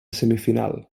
semifinal